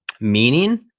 meaning